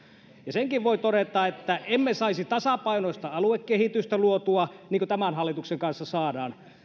senkin voin todeta että emme saisi tasapainoista aluekehitystä luotua niin kuin tämän hallituksen kanssa saadaan